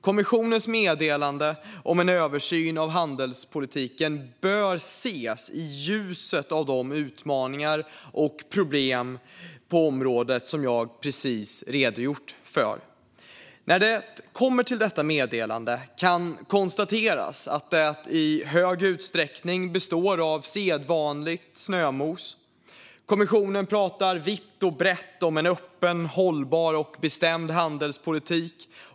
Kommissionens meddelande om en översyn av handelspolitiken bör ses i ljuset av de utmaningar och problem på området som jag precis har redogjort för. När det kommer till detta meddelande kan jag konstatera att det i stor utsträckning består av sedvanligt snömos. Kommissionen pratar vitt och brett om en öppen, hållbar och bestämd handelspolitik.